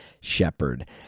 shepherd